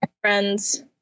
friends